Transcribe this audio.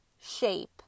shape